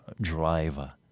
driver